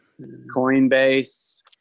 Coinbase